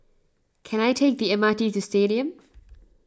can I take the M R T to Stadium